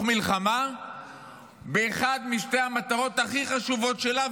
מלחמה באחת משתי המטרות הכי חשובות שלה,